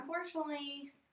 unfortunately